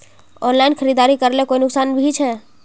Online खरीदारी करले कोई नुकसान भी छे?